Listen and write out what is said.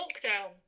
lockdown